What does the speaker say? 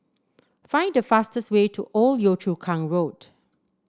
find the fastest way to Old Yio Chu Kang Road